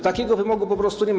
Takiego wymogu po prostu nie ma.